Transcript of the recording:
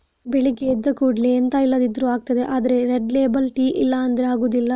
ಬೆಳಗ್ಗೆ ಎದ್ದ ಕೂಡ್ಲೇ ಎಂತ ಇಲ್ದಿದ್ರೂ ಆಗ್ತದೆ ಆದ್ರೆ ರೆಡ್ ಲೇಬಲ್ ಟೀ ಇಲ್ಲ ಅಂದ್ರೆ ಆಗುದಿಲ್ಲ